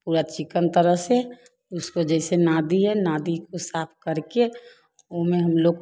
पूरा चिकन तरह से उसको जैसे नादी है नादी को साफ़ करके उमें हम लोग